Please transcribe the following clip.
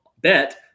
Bet